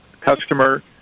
customer